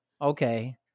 Okay